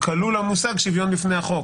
כלול המושג שוויון בפני החוק.